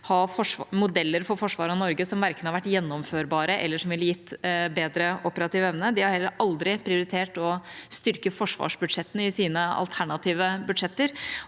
ha modeller for forsvaret av Norge som verken har vært gjennomførbare eller ville gitt bedre operativ evne. Partiet har heller aldri prioritert å styrke forsvarsbudsjettene i sine alternative budsjetter.